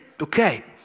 okay